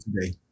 today